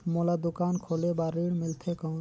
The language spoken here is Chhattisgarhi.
मोला दुकान खोले बार ऋण मिलथे कौन?